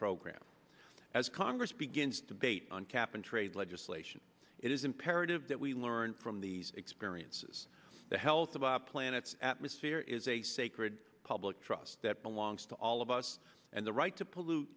program as congress begins debate on cap and trade legislation it is imperative that we learn from these experiences the health of our planet's atmosphere is a sacred public trust that belongs to all of us and the right to pollute